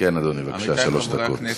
חברי חברי הכנסת,